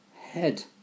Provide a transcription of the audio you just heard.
head